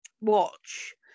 watch